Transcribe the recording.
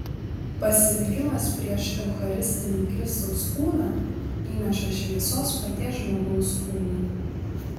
pasilikimas prieš eucharistinį kristaus kūną įneša šviesos paties žmogaus kūnui